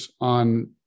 on